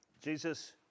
Jesus